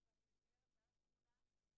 אז זה ייתר את הצורך בתקנות.